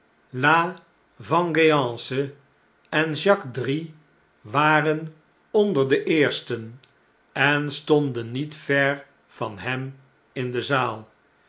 la vengeance en jacques drie waren onder deeerstenen stonden niet ver van hem in de zaal